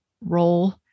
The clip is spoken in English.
role